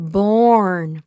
born